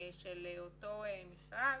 של אותו מכרז,